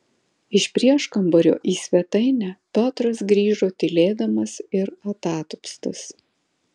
iš prieškambario į svetainę piotras grįžo tylėdamas ir atatupstas